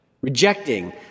rejecting